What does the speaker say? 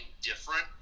different